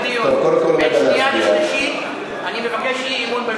המסגרת הפיסקלית: תקרה לגירעון המותר,